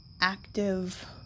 active